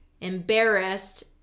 embarrassed